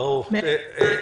תודה.